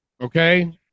okay